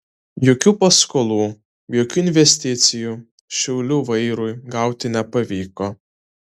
jokių paskolų jokių investicijų šiaulių vairui gauti nepavyko